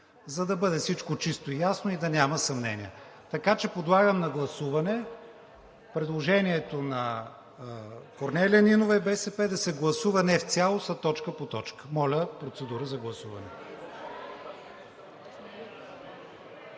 за да бъде всичко чисто и ясно и да няма съмнения. Така че подлагам на гласуване предложението на Корнелия Нинова и БСП да се гласува не в цялост, а точка по точка. Гласували